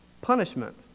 punishment